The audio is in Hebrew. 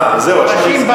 הפרשים.